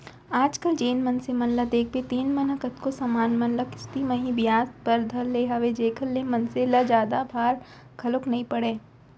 आज कल जेन मनसे मन ल देखबे तेन मन ह कतको समान मन ल किस्ती म ही बिसाय बर धर ले हवय जेखर ले मनसे ल जादा भार घलोक नइ पड़य